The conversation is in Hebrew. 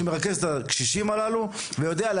שמרכז את כל התוכן שנחוץ לגבי הקשישים הללו על